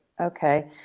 Okay